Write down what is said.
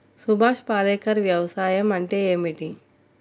సుభాష్ పాలేకర్ వ్యవసాయం అంటే ఏమిటీ?